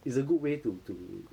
it's a good way to to